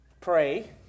pray